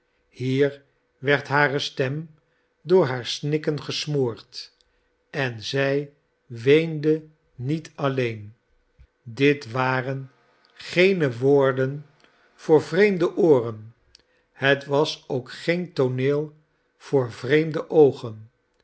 hier werd hare stem door haar snikken gesmoord en zij weende niet alleen dit waren geene woorden voor vreemde ooren het was ook geen tooneel voor vreemde oogen